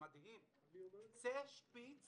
קצה שפיץ